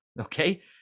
Okay